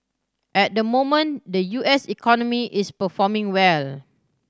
at the moment the U S economy is performing well